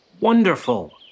Wonderful